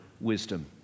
wisdom